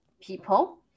people